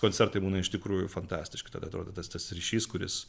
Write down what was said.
koncertai būna iš tikrųjų fantastiški tada atrodo tas tas ryšys kuris